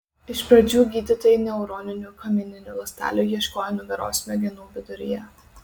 iš pradžių gydytojai neuroninių kamieninių ląstelių ieškojo nugaros smegenų viduryje